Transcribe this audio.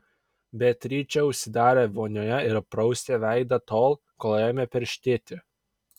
beatričė užsidarė vonioje ir prausė veidą tol kol ėmė peršėti